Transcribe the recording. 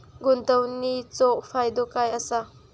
गुंतवणीचो फायदो काय असा?